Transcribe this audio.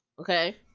okay